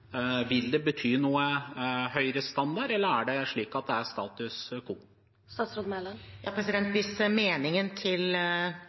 Vil det bety noe høyere standard, eller er det slik at det er status